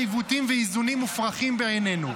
כמה עיוותים ואיזונים מופרכים בעינינו.